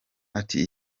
ati